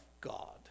God